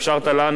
שאפשרת לנו,